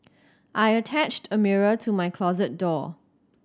I attached a mirror to my closet door